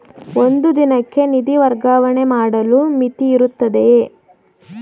ಒಂದು ದಿನಕ್ಕೆ ನಿಧಿ ವರ್ಗಾವಣೆ ಮಾಡಲು ಮಿತಿಯಿರುತ್ತದೆಯೇ?